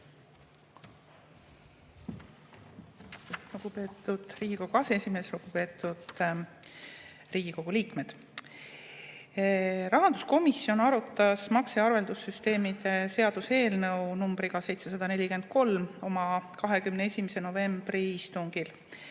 Lugupeetud Riigikogu aseesimees! Lugupeetud Riigikogu liikmed! Rahanduskomisjon arutas makse‑ ja arveldussüsteemide seaduse eelnõu 743 oma 21. novembri istungil.